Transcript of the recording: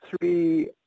three